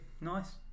nice